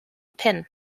pin